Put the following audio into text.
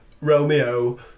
Romeo